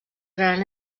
gran